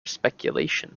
speculation